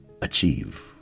achieve